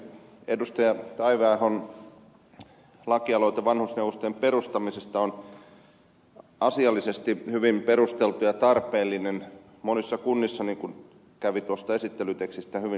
taiveahon lakialoite vanhusneuvostojen perustamisesta on asiallisesti hyvin perusteltu ja tarpeellinen monissa kunnissa niin kuin kävi tuosta esittelytekstistä hyvin ilmi